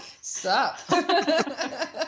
Sup